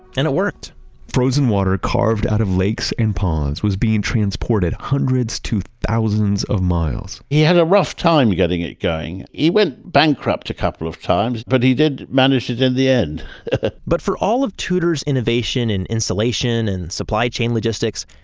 and it worked frozen water carved out of lakes and ponds was being transported hundreds to thousands of miles he had a rough time getting it going. he went bankrupt a couple of times, but he did manage it in the end but for all of tudor's innovation and insulation and supply chain logistics,